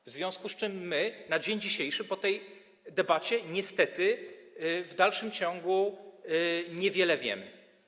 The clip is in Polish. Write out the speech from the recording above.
W związku z tym my na dzień dzisiejszy po tej debacie niestety w dalszym ciągu niewiele wiemy.